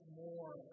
more